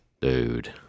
Dude